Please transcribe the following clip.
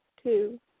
Two